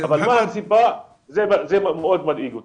אבל זה מאוד מדאיג אותי.